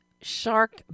Shark